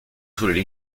sulle